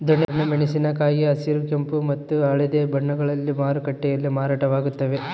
ದೊಣ್ಣೆ ಮೆಣಸಿನ ಕಾಯಿ ಹಸಿರು ಕೆಂಪು ಮತ್ತು ಹಳದಿ ಬಣ್ಣಗಳಲ್ಲಿ ಮಾರುಕಟ್ಟೆಯಲ್ಲಿ ಮಾರಾಟವಾಗುತ್ತವೆ